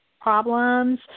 problems